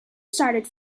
started